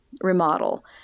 remodel